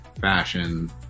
fashion